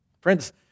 Friends